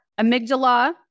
amygdala